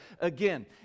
again